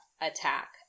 attack